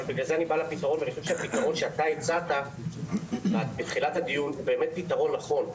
ולכן אני חושב שהפתרון שהצעת בתחילת הדיון הוא פתרון נכון.